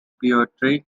poetry